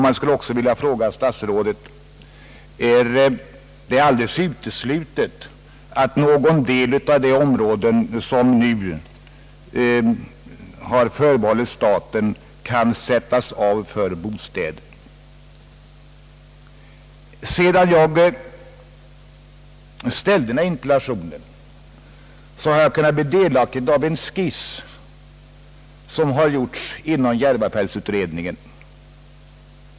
Man skulle också vilja fråga statsrådet: Är det alldeles uteslutet att någon del av de områden som nu har förbehållits staten kan disponeras för bostäder? Sedan jag framställde denna interpellation har jag blivit delaktig av en skiss som har gjorts inom järvafältsutredningen.